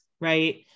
right